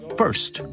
first